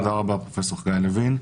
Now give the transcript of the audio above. תודה רבה פרופ' חגי לוין.